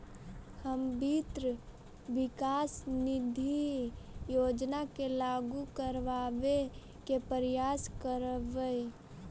हम वित्त विकास निधि योजना के लागू करबाबे के प्रयास करबई